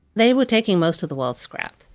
they were taking most of the world's scrap.